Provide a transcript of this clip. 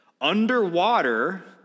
underwater